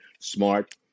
smart